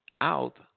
out